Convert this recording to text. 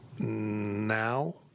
now